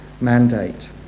mandate